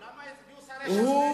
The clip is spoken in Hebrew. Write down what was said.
אבל למה הצביעו שרי ש"ס נגד?